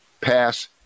pass